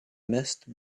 must